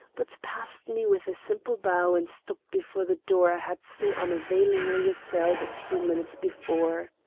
but passed me with a simple bow and stopped before the door i had so unavailingly assailed a few minutes before.